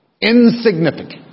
insignificant